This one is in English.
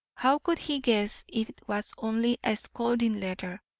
how could he guess it was only a scolding letter,